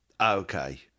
Okay